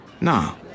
Nah